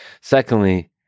Secondly